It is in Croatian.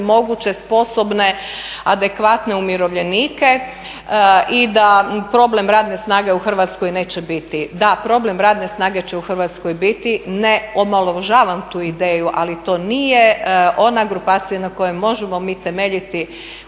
moguće, sposobne, adekvatne umirovljenike i da problem radne snage u Hrvatskoj neće biti. Da problem radne snage će u Hrvatskoj biti. Ne omalovažavam tu ideju, ali to nije ona grupacija na kojoj možemo mi temeljiti